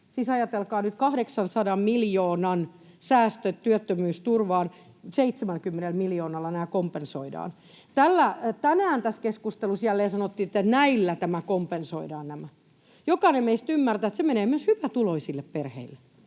ajatelkaa nyt: 800 miljoonan säästöt työttömyysturvaan, ja 70 miljoonalla nämä kompensoidaan. Tänään tässä keskustelussa jälleen sanottiin, että näillä nämä kompensoidaan. Jokainen meistä ymmärtää, että se menee myös hyvätuloisille perheille.